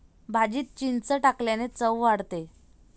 भाजीत चिंच टाकल्याने चव वाढते